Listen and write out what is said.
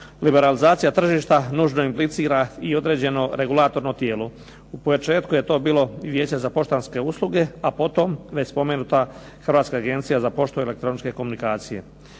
Liberalizacija tržišta nužno implicira i određeno regulatorno tijelo. U početku je to bilo Vijeće za poštanske usluge, a potom već spomenuta Hrvatska agencija za poštu i elektroničke komunikacije.